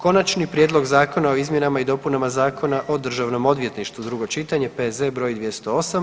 Konačni prijedlog Zakona o izmjenama i dopunama Zakona o Državnom odvjetništvu, drugo čitanje, P.Z. broj 208.